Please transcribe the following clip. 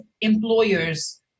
employers